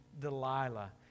Delilah